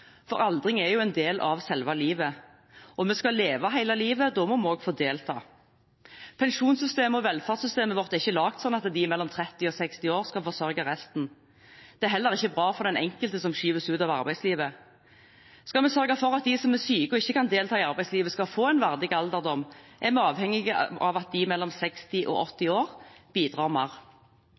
for aldring er jo en del av selve livet. Vi skal leve hele livet, da må vi også få delta. Pensjonssystemet og velferdssystemet vårt er ikke laget sånn at de mellom 30 og 60 år skal forsørge resten. Det er heller ikke bra for den enkelte som skyves ut av arbeidslivet. Skal vi sørge for at de som er syke og ikke kan delta i arbeidslivet, skal få en verdig alderdom, er vi avhengige av at de mellom 60 og 80 år bidrar mer.